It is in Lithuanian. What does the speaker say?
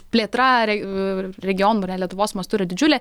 plėtra ir regionų ir lietuvos mastu yra didžiulė